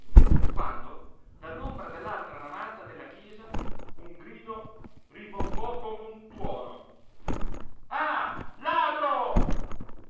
quando dall'ombra dell'altra navata della chiesa un grido rimbombò come un tuono ah ladro